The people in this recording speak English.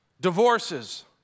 divorces